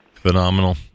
Phenomenal